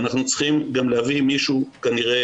ואנחנו צריכים גם להביא מישהו כנראה